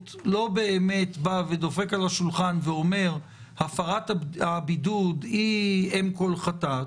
לא באמת דופק על השולחן ואומר הפרת הבידוד היא אם כל חטאת,